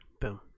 Boom